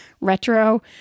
retro